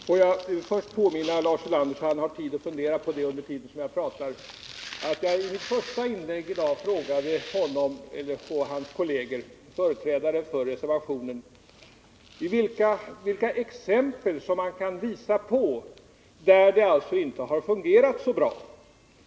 Herr talman! Får jag till att börja med påminna Lars Ulander — så att han har tid att fundera på repliken under tiden jag pratar — om att jag i mitt första inlägg i dag frågade honom och hans kolleger, företrädare för reservationen, vilka exempel man kan ge på företag där det inte har fungerat så bra.